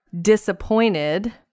disappointed